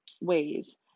ways